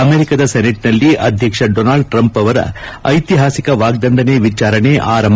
ಅಮೆರಿಕಾದ ಸೆನೆಟ್ನಲ್ಲಿ ಅಧ್ಯಕ್ಷ ಡೊನಾಲ್ಡ್ ಟ್ರಂಪ್ ಅವರ ಐತಿಹಾಸಿಕ ವಾಗ್ಗಂಡನೆ ವಿಚಾರಣೆ ಆರಂಭ